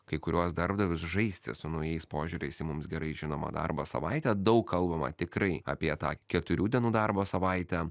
kai kuriuos darbdavius žaisti su naujais požiūriais į mums gerai žinomą darbo savaitę daug kalbama tikrai apie tą keturių dienų darbo savaitę